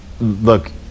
look